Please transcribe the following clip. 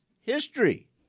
history